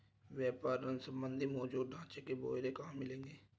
व्यापार ऋण संबंधी मौजूदा ढांचे के ब्यौरे कहाँ मिलेंगे?